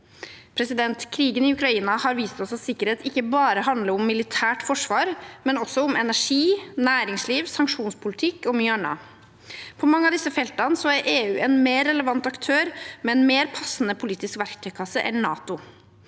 Krigen i Ukraina har vist oss at sikkerhet ikke bare handler om militært forsvar, men også om energi, næringsliv, sanksjonspolitikk og mye annet. På mange av disse feltene er EU en mer relevant aktør med en mer passende politisk verktøykasse enn NATO,